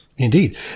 Indeed